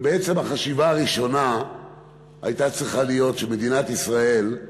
ובעצם החשיבה הראשונה הייתה צריכה להיות שמדינת ישראל,